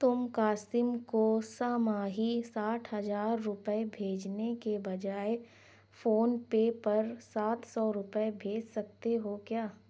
تم قاسم کو سہ ماہی ساٹھ ہزار روپئے بھیجنے کے بجائے فونپے پر سات سو روپئے بھیج سکتے ہو کیا